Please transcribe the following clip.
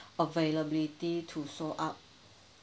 availability to sold out